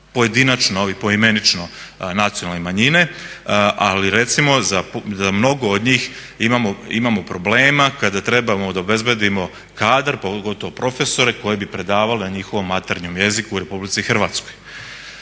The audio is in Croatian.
pojedinačno ove, poimenično nacionalne manjine, ali recimo za mnogo od njih imamo problema kada trebamo da obezbedimo kadar pogotovo profesore koji bi predavali na njihovom materinjem jeziku u RH. Tako